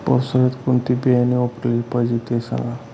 पावसाळ्यात कोणते बियाणे वापरले पाहिजे ते सांगा